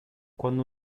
quando